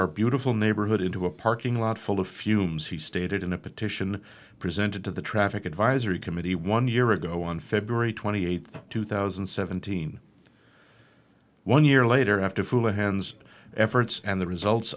our beautiful neighborhood into a parking lot full of fumes he stated in a petition presented to the traffic advisory committee one year ago on february twenty eighth two thousand and seventeen one year later after two hands efforts and the results